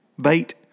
bait